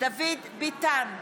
דוד ביטן,